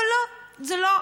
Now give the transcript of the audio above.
אבל לא, זה לא.